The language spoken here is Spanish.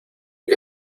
que